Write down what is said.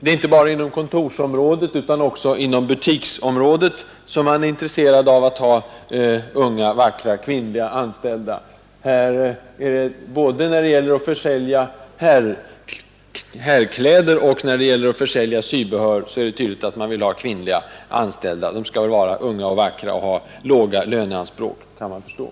Det är inte bara på kontor utan också inom butiksområdet som man är intresserad av att ha unga, vackra, kvinnliga anställda. Både när det gäller att försälja herrkläder och när det gäller att försälja sybehör framgår det av de annonser som jag nu visar att man vill ha kvinnliga anställda. De skall vara unga och vackra och ha låga löneanspråk, kan man förstå.